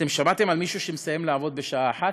אתם שמעתם על מישהו שמסיים לעבוד בשעה 13:00?